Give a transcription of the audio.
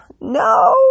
No